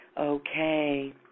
okay